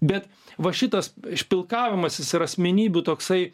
bet va šitas špilkavimasis ir asmenybių toksai